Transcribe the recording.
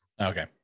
Okay